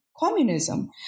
Communism